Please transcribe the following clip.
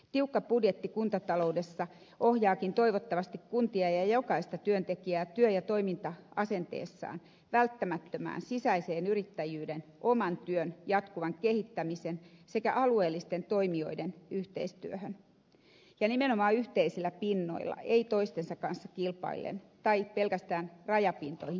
tiukka budjetti kuntataloudessa ohjaakin toivottavasti kuntia ja jokaista työntekijää työ ja toiminta asenteessaan välttämättömään sisäiseen yrittäjyyteen oman työn jatkuvan kehittämiseen sekä alueellisten toimijoiden yhteistyöhön nimenomaan yhteisillä pinnoilla ei toistensa kanssa kilpaillen tai pelkästään rajapintoihin keskittyen